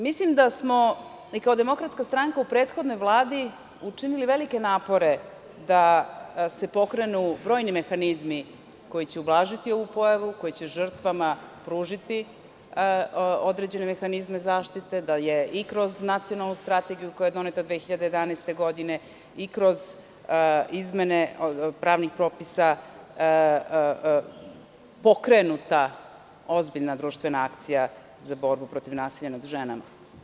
Mislim da smo kao DS u prethodnoj Vladi učinili velike napore da se pokrenu brojni mehanizmi koji će ublažiti ovu pojavu, koji će žrtvama pružiti određene mehanizme zaštite, da je i kroz Nacionalnu strategiju koja je doneta 2011. godine i kroz izmene pravnih propisa pokrenuta ozbiljna društvena akcija za borbu protiv nasilja nad ženama.